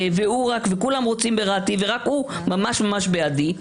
כולם רוצים ברעתי ורק הוא ממש-ממש בעדי.